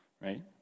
right